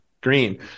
green